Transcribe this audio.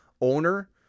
owner